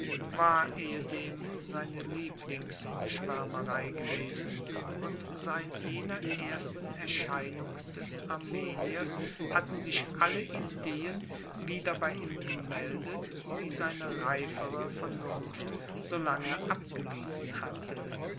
war ehedem seine lieblingsschwärmerei gewesen und seit jener ersten erscheinung des armeniers hatten sich alle ideen wieder bei ihm gemeldet die seine reifere vernunft so lange abgewiesen hatte